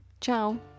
Ciao